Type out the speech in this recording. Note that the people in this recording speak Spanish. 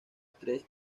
tres